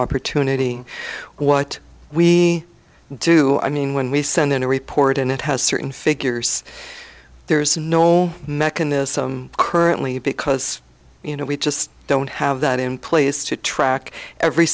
opportunity what we do i mean when we send in a report and it has certain figures there's no mechanism currently because you know we just don't have that in place to track every